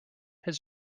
his